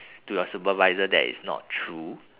to your supervisor that is not true